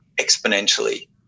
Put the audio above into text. exponentially